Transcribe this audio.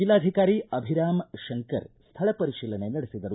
ಜಿಲ್ಲಾಧಿಕಾರಿ ಅಭಿರಾಮ್ ಶಂಕರ್ ಸ್ಥಳ ಪರಿಶೀಲನೆ ನಡೆಸಿದರು